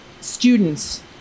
students